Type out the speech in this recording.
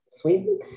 Sweden